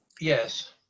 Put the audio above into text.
Yes